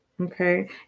okay